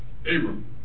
Abram